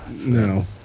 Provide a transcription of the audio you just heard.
No